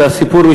הסיפור,